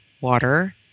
water